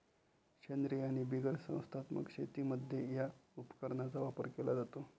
सेंद्रीय आणि बिगर संस्थात्मक शेतीमध्ये या उपकरणाचा वापर केला जातो